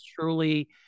truly